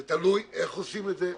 זה תלוי איך עושים את זה,